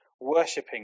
worshipping